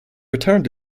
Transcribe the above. returned